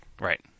Right